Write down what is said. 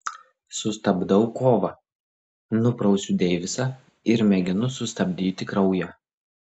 sustabdau kovą nuprausiu deivisą ir mėginu sustabdyti kraują